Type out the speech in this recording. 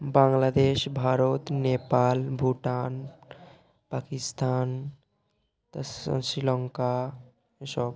বাংলাদেশ ভারত নেপাল ভুটান পাকিস্তান তার সঙ্গে শ্রীলঙ্কা এসব